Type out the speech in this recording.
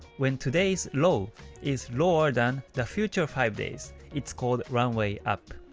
when today's low is lower than the future five days, it's called run way up.